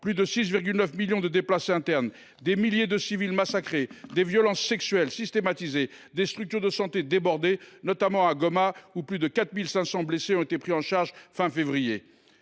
plus de 6,9 millions de déplacés internes et des milliers de civils massacrés, sans parler des violences sexuelles systématisées. Les structures de santé sont débordées, notamment à Goma, où plus de 4 500 blessés ont été pris en charge à la fin